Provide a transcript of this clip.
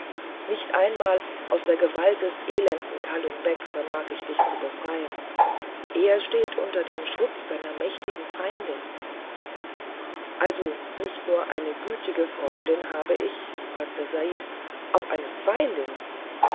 nicht einmal aus der gewalt des elenden kalum beck vermag ich dich zu befreien er steht unter dem schutz deiner mächtigen feindin also nicht nur eine gütige freundin habe ich fragte said auch eine feindin